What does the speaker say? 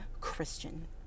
Christian